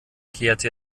kehrte